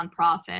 nonprofit